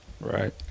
Right